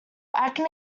acne